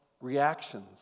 reactions